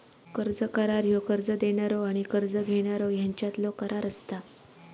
कर्ज करार ह्यो कर्ज देणारो आणि कर्ज घेणारो ह्यांच्यातलो करार असता